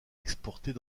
exportées